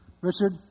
Richard